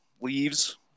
Leaves